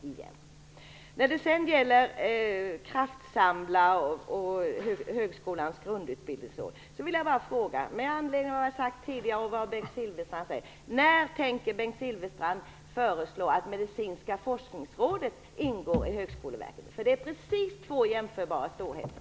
På tal om att kraftsamla och på tal om högskolans grundutbud vill jag bara fråga med anledning av vad jag har sagt tidigare och vad Bengt Silfverstrand säger: När tänker Bengt Silfverstrand föreslå att Medicinska forskningsrådet skall ingå i Högskoleverket? Det är två helt jämförbara storheter.